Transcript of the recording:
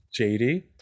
JD